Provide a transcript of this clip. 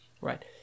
right